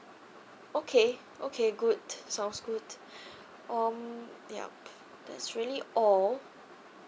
okay okay good sounds good um yup that's really all